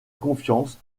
confiance